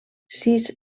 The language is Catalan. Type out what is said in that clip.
sis